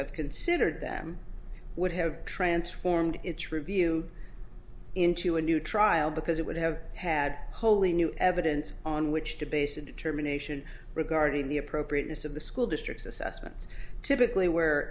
have considered them would have transformed its review into a new trial because it would have had wholly new evidence on which to base a determination regarding the appropriateness of the school district's assessments typically where